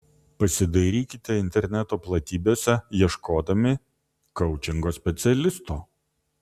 pasidairykite interneto platybėse ieškodami koučingo specialisto